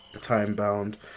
time-bound